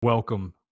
Welcome